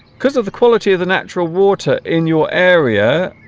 because of the quality of the natural water in your area